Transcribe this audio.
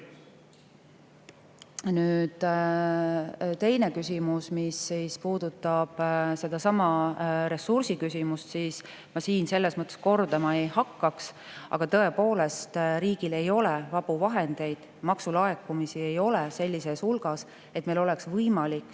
Nüüd teine küsimus, mis puudutab sedasama ressursi küsimust. Ma siin kordama ei hakkaks, aga tõepoolest, riigil ei ole vabu vahendeid, maksulaekumisi ei ole sellises hulgas, et meil oleks võimalik